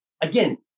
again